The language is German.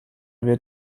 wird